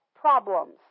problems